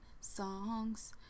songs